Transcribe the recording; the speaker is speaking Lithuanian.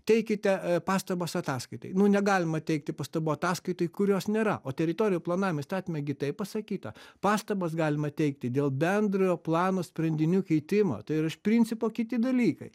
teikite pastabas ataskaitai negalima teikti pastabų ataskaitai kurios nėra o teritorijų planavimo įstatyme gi taip pasakyta pastabas galima teikti dėl bendrojo plano sprendinių keitimo tai yra iš principo kiti dalykai